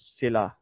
sila